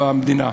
במדינה,